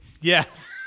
Yes